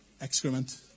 excrement